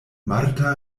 marta